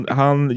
han